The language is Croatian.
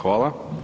Hvala.